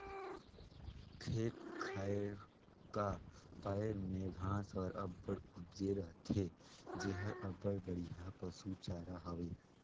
खेत खाएर का पाएर में घांस हर अब्बड़ उपजे रहथे जेहर अब्बड़ बड़िहा पसु चारा हवे